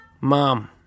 Mom